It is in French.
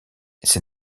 ses